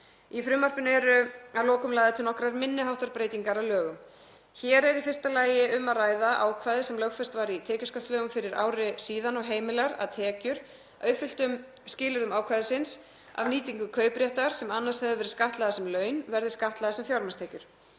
Í frumvarpinu eru að lokum lagðar til nokkrar minni háttar breytingar á lögum. Hér er í fyrsta lagi um að ræða ákvæði sem lögfest var í tekjuskattslögum fyrir ári síðan og heimilar að tekjur, að uppfylltum skilyrðum ákvæðisins, af nýtingu kaupréttar, sem annars hefðu verið skattlagðar sem laun, verði skattlagðar sem fjármagnstekjur.